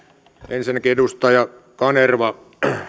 ensinnäkin edustaja kanerva